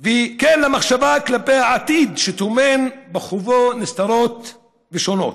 וכן לחשוב על העתיד, שטומן בחובו נסתרות ושונות,